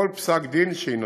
כל פסק-דין שיינתן.